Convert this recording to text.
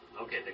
Okay